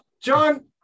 John